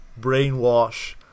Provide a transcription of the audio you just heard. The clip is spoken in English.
Brainwash